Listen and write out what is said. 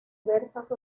diversas